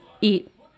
eat